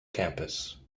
campus